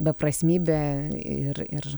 beprasmybė ir ir